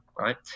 right